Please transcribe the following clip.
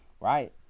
right